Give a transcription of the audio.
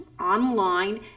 online